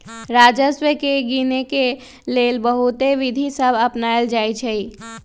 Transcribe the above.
राजस्व के गिनेके लेल बहुते विधि सभ अपनाएल जाइ छइ